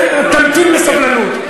תמתין בסבלנות.